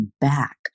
back